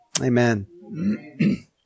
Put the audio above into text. amen